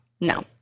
No